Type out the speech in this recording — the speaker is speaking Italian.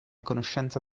conoscenza